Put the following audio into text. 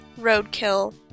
roadkill